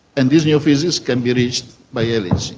and this new physics can be reached by yeah lhc.